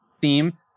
theme